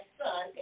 son